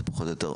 זה פחות או יותר,